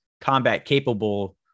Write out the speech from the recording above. combat-capable